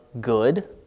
good